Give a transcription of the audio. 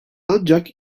ancak